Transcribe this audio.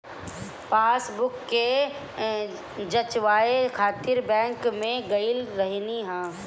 passbook के जचवाए खातिर बैंक में गईल रहनी हअ